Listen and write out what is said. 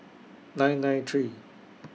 nine nine three